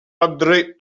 andré